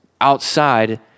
outside